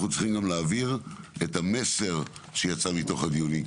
צריכים להעביר גם את המסר שיצא מתוך הדיונים.